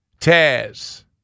Taz